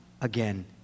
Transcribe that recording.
again